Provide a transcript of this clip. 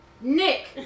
Nick